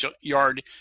yard